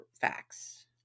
facts